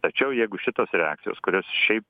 tačiau jeigu šitos reakcijos kurios šiaip